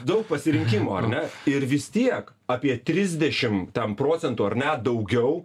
daug pasirinkimo ar ne ir vis tiek apie trisdešim ten procentų ar net daugiau